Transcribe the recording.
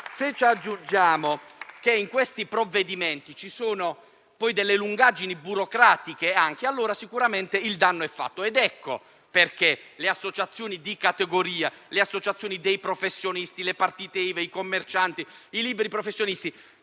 Se aggiungiamo poi che in questi provvedimenti ci sono anche delle lungaggini burocratiche, allora sicuramente il danno è fatto. Ecco perché le associazioni di categoria, le associazioni dei professionisti, le partite IVA, i commercianti e i liberi professionisti